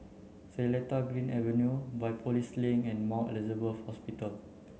Seletar Green Avenue Biopolis Link and Mount Elizabeth Hospital